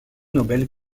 nobel